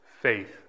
faith